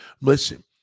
listen